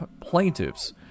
plaintiffs